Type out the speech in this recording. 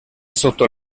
sotto